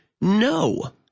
no